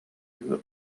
you